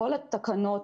כל התקנות,